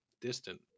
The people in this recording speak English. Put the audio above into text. distant